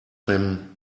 him